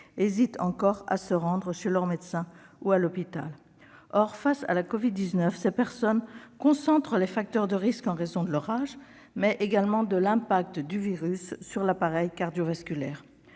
hésitent encore à se rendre chez leur médecin ou à l'hôpital. Or, au regard de la Covid-19, ces personnes concentrent les facteurs de risque, en raison de leur âge et de l'impact du virus sur l'appareil cardiovasculaire.